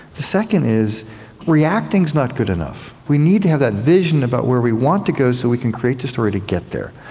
the second is reacting is not good enough. we need to have that vision about where we want to go so we can create the story to get there.